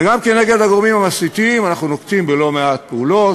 וגם נגד הגורמים המסיתים אנחנו נוקטים לא-מעט פעולות,